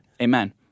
Amen